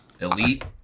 Elite